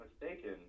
mistaken